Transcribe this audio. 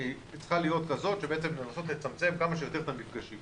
צריכה להיות כזאת שבעצם מנסה לצמצם כמה שיותר את המפגשים,